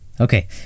Okay